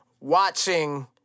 watching